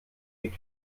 die